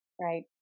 Right